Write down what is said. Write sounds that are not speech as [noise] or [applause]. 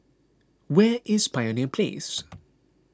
where is Pioneer Place [noise]